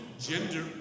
gender